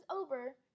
over